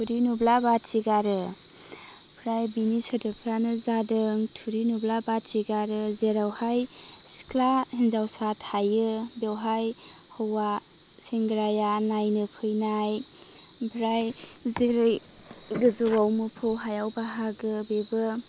थुरि नुब्ला बाथि गारो ओमफ्राय बिनि सोदोबफ्रानो जादों थुरि नुब्ला बाथि गारो जेरावहाय सिख्ला हिन्जावसा थायो बेवहाय हौवा सेंग्राया नायनो फैनाय ओमफ्राय जेरै गोजौआव मोफौ हायाव बाहागो बेबो